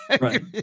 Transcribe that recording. Right